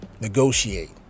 negotiate